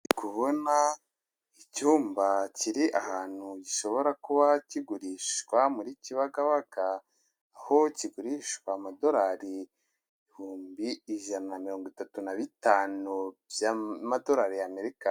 Ndi kubona icyumba kiri ahantu gishobora kuba kigurishwa muri kibagabaga. Aho kigurishwa amadorari ibihumbi ijana na mirongo itatu na bitanu by'amadorari ya Amerika.